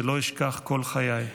שלא אשכח כל חיי.